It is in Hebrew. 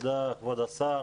תודה כבוד השר